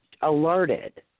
alerted